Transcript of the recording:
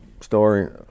story